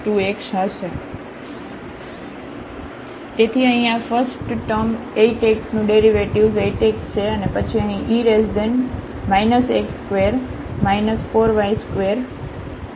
તેથી અહીં આ ફસ્ટ ફસ્ટ ટર્મ 8 x નુંડેરિવેટિવ્ઝ 8 x છે અને પછી અહીં e x2 4y2 છે